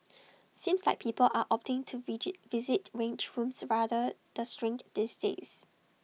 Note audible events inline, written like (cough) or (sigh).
(noise) seems like people are opting to visit rage rooms rather the shrink these days